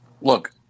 look